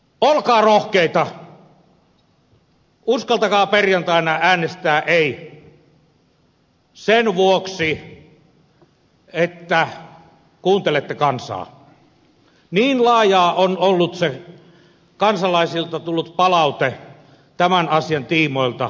olkaa rohkeita uskaltakaa perjantaina äänestää ei sen vuoksi että kuuntelette kansaa niin laajaa on ollut se kansalaisilta tullut palaute tämän asian tiimoilta